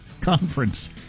conference